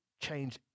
change